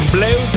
Blue